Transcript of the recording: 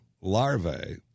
larvae